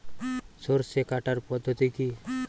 সরষে কাটার পদ্ধতি কি?